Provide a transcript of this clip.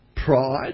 Pride